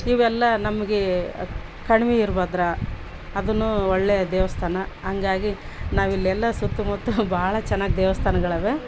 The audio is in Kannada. ಇವೆಲ್ಲ ನಮಗೆ ಕಣ್ವಿ ವೀರ್ಬದ್ರ ಅದನ್ನು ಒಳ್ಳೆಯ ದೇವಸ್ಥಾನ ಹಾಗಾಗಿ ನಾವಿಲ್ಲೆಲ್ಲ ಸುತ್ತ ಮುತ್ತು ಭಾಳ ಚೆನ್ನಾಗಿ ದೇವಸ್ಥಾನ್ಗಳವೆ